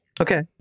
okay